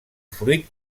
fruit